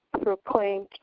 proclaim